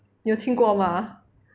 你有听过 mah ah